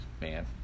Man